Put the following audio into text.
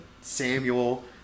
Samuel